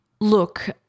Look